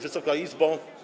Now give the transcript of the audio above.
Wysoka Izbo!